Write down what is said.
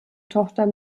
tochter